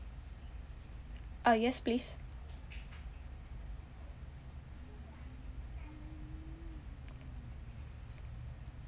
uh yes please